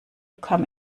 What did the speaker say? come